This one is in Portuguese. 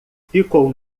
ficou